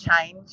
change